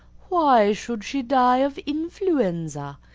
why should she die of influenza?